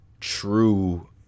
true